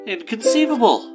Inconceivable